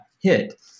hit